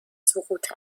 سقوط